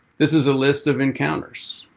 this is a list of encounters.